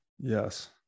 Yes